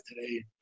today